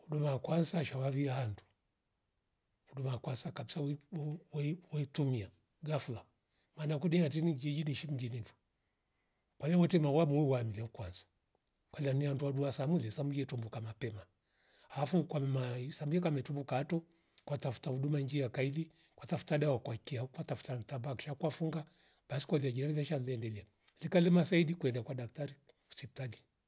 Huduma ya kwanza shawali handu, huduma ya kwanza kabisa weiku boro we- we- weitumia gafla vana kudia hatinii jii dishindile levo kwaiyo wote ngawa muuru wanve kwase kwalia nya dwaduasa samule samlie tumbuka mapema alafu kwammai sambi kameta kato kwatafuta njia ya kaili kwatafuta kwaikia wu kwatafuta ntamba ksha kwafunga basi kwende liemvesha mvendilie likalema saidi kwela kwa daktari hosiptali